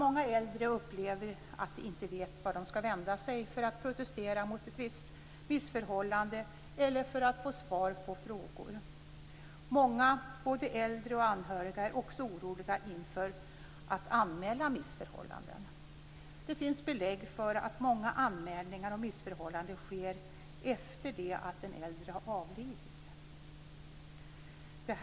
Många äldre upplever att de inte vet var de skall vända sig för att protestera mot ett visst missförhållande eller för att få svar på frågor. Många, både äldre och anhöriga, är också oroliga för att anmäla missförhållanden. Det finns belägg för att många anmälningar om missförhållanden sker efter det att den äldre har avlidit.